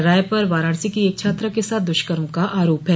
राय पर वाराणसी की एक छात्रा के साथ दुष्कर्म का आरोप है